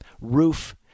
roof